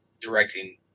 directing